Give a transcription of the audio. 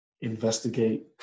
investigate